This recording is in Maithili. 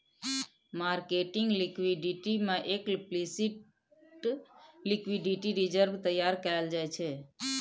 मार्केटिंग लिक्विडिटी में एक्लप्लिसिट लिक्विडिटी रिजर्व तैयार कएल जाइ छै